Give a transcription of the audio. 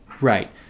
Right